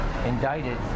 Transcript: indicted